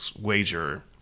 Wager